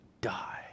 die